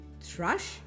Thrush